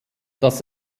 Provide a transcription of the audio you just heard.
das